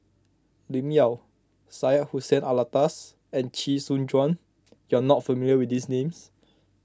Lim Yau Syed Hussein Alatas and Chee Soon Juan you are not familiar with these names